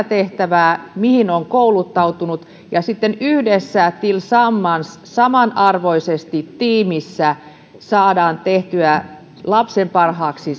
tehtävää mihin on kouluttautunut ja sitten yhdessä tillsammans samanarvoisesti tiimissä saadaan tehtyä lapsen parhaaksi